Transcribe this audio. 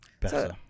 better